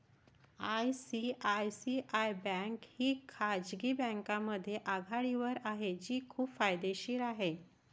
ICICI bank ही खाजगी बँकांमध्ये आघाडीवर आहे जी खूप फायदेशीर आहे